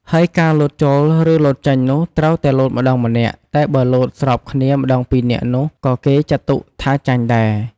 ហើយការលោតចូល ឬលោតចេញនោះ ត្រូវតែលោតម្តងម្នាក់ តែបើលោតស្របគ្នាម្ដងទាំងពីរនាក់នោះ ក៏គេចាត់ទុកថាចាញ់ដែរ ។